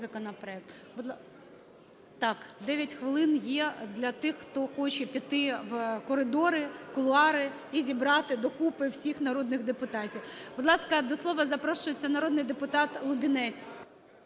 Так, 9 хвилин є для тих, хто хоче піти в коридори, кулуари і зібрати докупи всіх народних депутатів. Будь ласка, до слова запрошується народний депутат Лубінець.